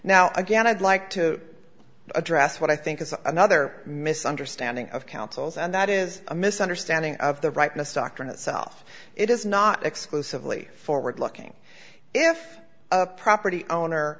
now again i'd like to address what i think is another misunderstanding of councils and that is a misunderstanding of the rightness doctrine itself it is not exclusively forward looking if a property owner